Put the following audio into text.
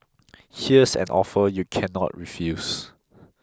here's an offer you cannot refuse